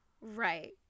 Right